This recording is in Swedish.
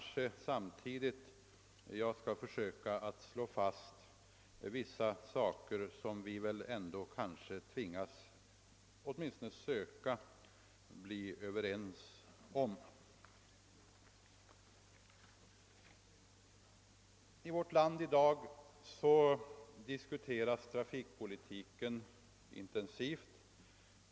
Samtidigt skall jag kanske försöka slå fast vissa saker som vi bör bli överens om. Trafikpolitiken diskuteras i dag intensivt i vårt land.